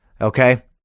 okay